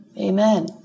amen